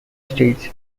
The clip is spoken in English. streets